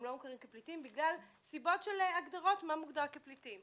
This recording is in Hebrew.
הם לא מוכרים כפליטים בגלל סיבות של הגדרות מה מוגדר כפליטים.